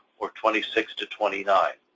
or twenty six to twenty nine.